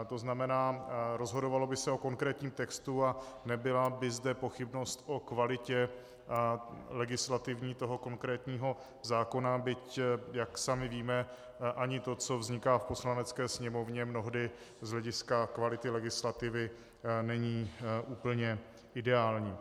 To znamená, rozhodovalo by se o konkrétním textu a nebyla by zde pochybnost o legislativní kvalitě toho konkrétního zákona, byť jak sami víme, ani to, co vzniká v Poslanecké sněmovně, mnohdy z hlediska kvality legislativy není úplně ideální.